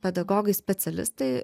pedagogai specialistai